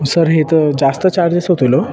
sir हे तर जास्त चार्जेस होतील ओ